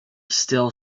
still